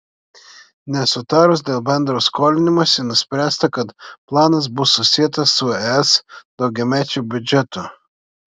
nesutarus dėl bendro skolinimosi nuspręsta kad planas bus susietas su es daugiamečiu biudžetu